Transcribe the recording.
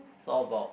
so all about